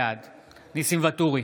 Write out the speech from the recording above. בעד ניסים ואטורי,